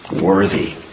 worthy